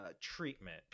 treatment